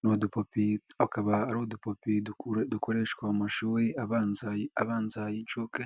Ni udupupe tukaba ari udupupe dukoreshwa mashuri abanza n'ay'incuke,